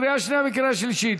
לקריאה שנייה וקריאה שלישית.